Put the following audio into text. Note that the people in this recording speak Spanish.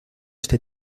este